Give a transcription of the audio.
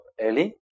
Ellie